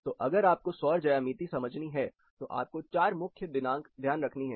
तो अगर आपको सौर ज्यामिति समझनी है तो आपको चार मुख्य दिनांक ध्यान रखनी है